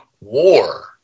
war